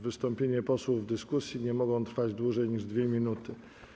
Wystąpienia posłów w dyskusji nie mogą trwać dłużej niż 2 minuty.